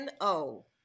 No